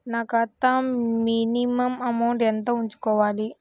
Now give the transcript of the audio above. నా ఖాతా minimum amount ఎంత ఉంచుకోవాలి?